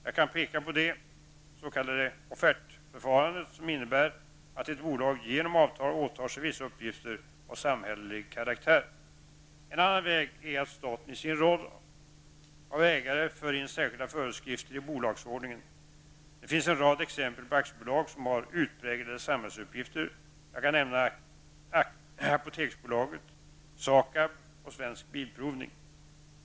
Jag kan peka på det s.k. offertförfarandet, som innebär att ett bolag genom avtal åtar sig vissa uppgifter av samhällelig karaktär. En annan väg är att staten i sin roll av ägare för in särskilda föreskrifter i bolagsordningen. Det finns en rad exempel på aktiebolag som har utpräglade samhällsuppgifter; jag kan nämna Apoteksbolaget, SAKAB och Svensk Bilprovning.